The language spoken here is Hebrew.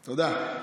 תודה.